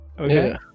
Okay